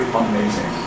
amazing